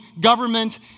government